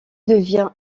devient